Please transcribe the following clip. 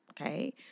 Okay